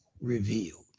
revealed